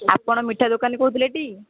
ଆପଣ ମିଠା ଦୋକାନୀ କହୁଥିଲେ ଟି